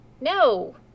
No